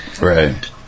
Right